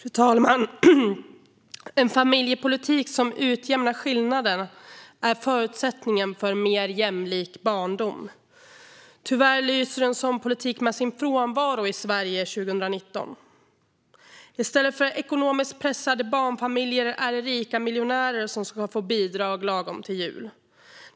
Fru talman! En familjepolitik som utjämnar skillnader är en förutsättning för en mer jämlik barndom. Tyvärr lyser en sådan politik med sin frånvaro i Sverige 2019. I stället för ekonomiskt pressade barnfamiljer är det rika miljonärer som ska få bidrag lagom till jul.